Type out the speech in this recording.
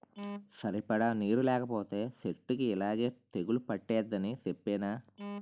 సరిపడా నీరు లేకపోతే సెట్టుకి యిలాగే తెగులు పట్టేద్దని సెప్పేనా?